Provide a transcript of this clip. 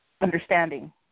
understanding